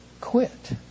quit